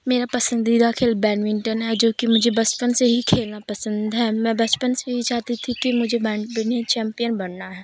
میرا پسندیدہ کھیل بیڈمنٹن ہے جوکہ مجھے بچپن سے ہی کھیلنا پسند ہے میں بچپن سے ہی چاہتی تھی کہ مجھے چمپین بننا ہے